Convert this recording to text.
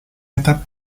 étape